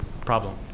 problem